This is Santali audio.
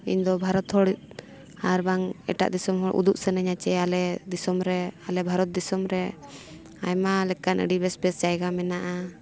ᱤᱧ ᱫᱚ ᱵᱷᱟᱨᱚᱛ ᱦᱚᱲ ᱟᱨ ᱵᱟᱝ ᱮᱴᱟᱜ ᱫᱤᱥᱚᱢ ᱦᱚᱲ ᱩᱫᱩᱜ ᱥᱟᱱᱟᱹᱧᱟ ᱡᱮ ᱟᱞᱮ ᱫᱤᱥᱚᱢ ᱨᱮ ᱟᱞᱮ ᱵᱷᱟᱨᱚᱛ ᱫᱤᱥᱚᱢ ᱨᱮ ᱟᱭᱢᱟ ᱞᱮᱠᱟᱱ ᱟᱹᱰᱤ ᱵᱮᱥ ᱵᱮᱥ ᱡᱟᱭᱜᱟ ᱢᱮᱱᱟᱜᱼᱟ